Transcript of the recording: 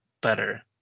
better